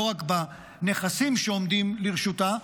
לא רק בנכסים שעומדים לרשותה,